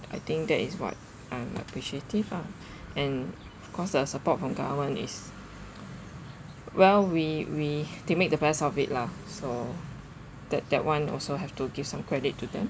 I think that is what I'm appreciative ah and of course the support from government is well we we did make the best of it lah so that that one also have to give some credit to them